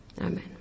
Amen